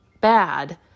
bad